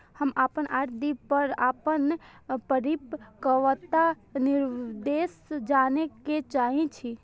हम अपन आर.डी पर अपन परिपक्वता निर्देश जाने के चाहि छी